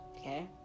Okay